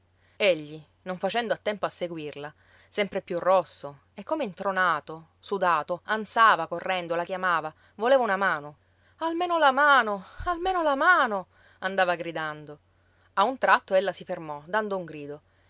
egli non facendo a tempo a seguirla sempre più rosso e come intronato sudato ansava correndo la chiamava voleva una mano almeno la mano almeno la mano andava gridando a un tratto ella si fermò dando un grido